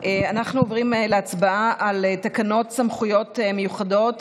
אנחנו עוברים להצבעה על תקנות סמכויות מיוחדות